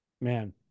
man